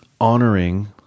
honoring